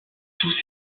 tous